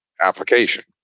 application